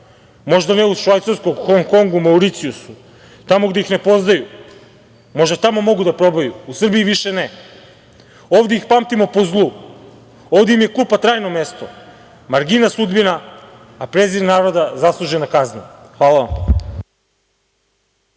Možda ne u Švajcarskoj, Hongkongu, Mauricijusu, tamo gde ih ne poznaju, možda tamo mogu da probaju, u Srbiji više ne. Ovde ih pamtimo po zlu. Ovda im je klupa trajno mesto, margina sudbina, a prezir naroda zaslužena kazna. Hvala vam.